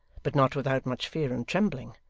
but not without much fear and trembling,